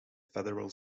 federal